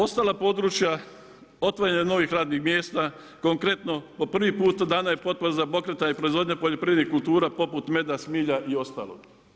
Ostala područja, otvaranje novih radnih mjesta, konkretno po prvi puta dana je potpora za pokretanje i proizvodnju poljoprivrednih kultura poput meda, smilja i ostalog.